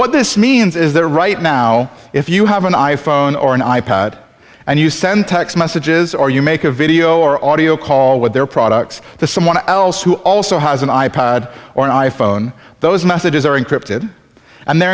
what this means is that right now if you have an i phone or an i pad and you send text messages or you make a video or audio call with their products to someone else who also has an i pad or an i phone those messages are encrypted and the